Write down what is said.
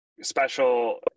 special